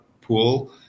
pool